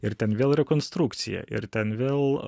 ir ten vėl rekonstrukcija ir ten vėl